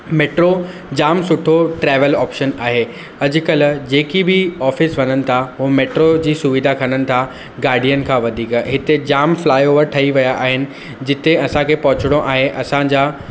metro जामु सुठो travel option आहे अॼु कल्ह जेके बि ऑफिस वञनि था हो मेट्रो जी सुविधा खणनि था गाॾियुनि खां वधीक हिते जामु फ्लाई ओवर ठही विया आहिनि जिते आसां खे पहुचणो आहे आसांजा